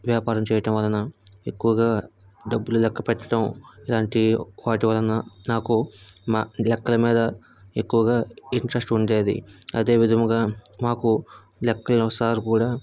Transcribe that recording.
వ్యాపారం చేయడం వలన ఎక్కువగా డబ్బులు లెక్క పెట్టడం ఇలాంటి వాటి వలన నాకు లెక్కల మీద ఎక్కువగా ఇంట్రెస్ట్ ఉండేది అదే విధముగా మాకు లెక్కల్లో సార్ కూడా